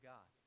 God